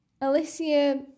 Alicia